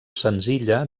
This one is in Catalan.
senzilla